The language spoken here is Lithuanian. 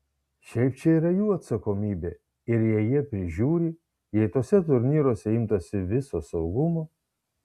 šiaip čia yra jų atsakomybė ir jei jie prižiūri jei tuose turnyruose imtasi viso saugumo